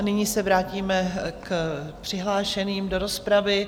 Nyní se vrátím k přihlášeným do rozpravy.